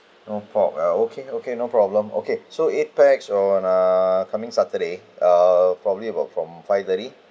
no pork ah okay okay no problem okay so eight pax on uh coming saturday uh probably about from five-thirty